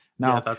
Now